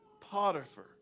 Potiphar